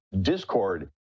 discord